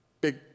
Big